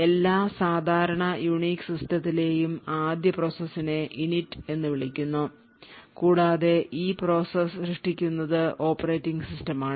എല്ലാ സാധാരണ unix സിസ്റ്റത്തിലെയും ആദ്യ പ്രോസസ്സ്നെ init എന്ന് വിളിക്കുന്നു കൂടാതെ ഈ പ്രോസസ്സ് സൃഷ്ടിക്കുന്നത് ഓപ്പറേറ്റിംഗ് സിസ്റ്റമാണ്